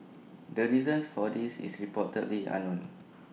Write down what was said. the reason for this is reportedly unknown